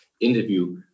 interview